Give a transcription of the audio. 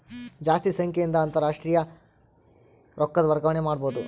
ಜಾಸ್ತಿ ಸಂಖ್ಯೆಯಿಂದ ಅಂತಾರಾಷ್ಟ್ರೀಯ ರೊಕ್ಕದ ವರ್ಗಾವಣೆ ಮಾಡಬೊದು